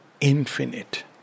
infinite